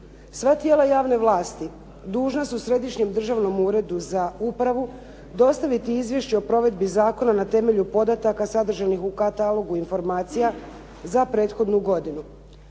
Sva tijela javne vlasti dužna su Središnjem državnom uredu za upravu dostaviti Izvješće o provedbi zakona na temelju podataka sadržanih u katalogu informacija za prethodnu godinu.